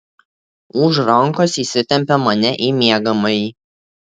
už rankos įsitempė mane į miegamąjį